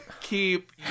Keep